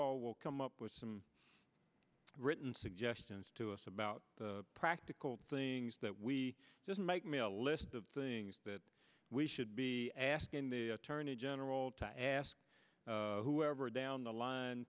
all will come up with some written suggestions to us about practical things that we just make me a list of things that we should be asking the attorney general to ask whoever down the line